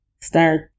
start